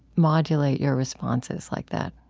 modulate your responses like that?